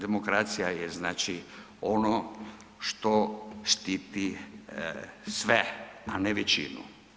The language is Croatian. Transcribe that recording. Demokracija je znači ono što štiti sve, a ne većinu.